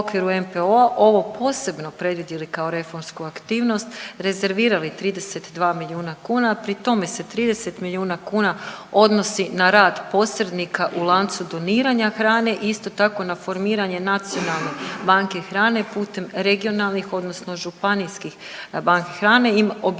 u okviru MPO-a ovo posebno predvidjeli kao reformsku aktivnost, rezervirali 32 milijuna kuna. Pri tome se 30 milijuna kuna odnosi na rad posrednika u lancu doniranja hrane. Isto tako na formiranje nacionalne banke hrane putem regionalnih, odnosno županijskih banki hrane.